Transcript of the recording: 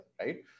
right